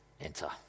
enter